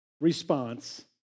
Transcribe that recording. response